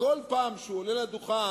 שכל פעם שהוא עולה לדוכן,